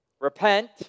Repent